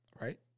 right